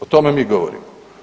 O tome mi govorimo.